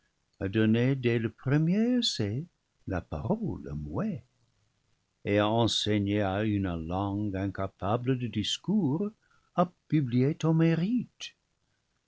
a donné dès le premier essai la parole au muet et a enseigné à une langue incapable de discours à publier ton